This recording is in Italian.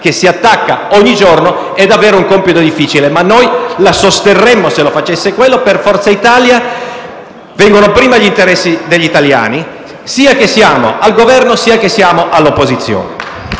che si attacca ogni giorno, è davvero un compito difficile, ma se lei lo facesse, noi la sosterremmo, perché per Forza Italia vengono prima gli interessi degli italiani, sia che siamo al Governo sia che siamo all'opposizione.